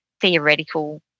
theoretical